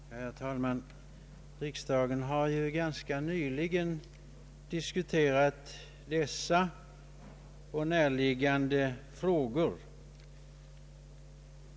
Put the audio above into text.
Herr talman! Riksdagen har ganska nyligen diskuterat dessa och närliggande frågor.